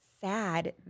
sad